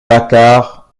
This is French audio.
dakkar